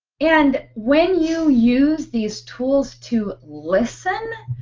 and when you use these tools to listen,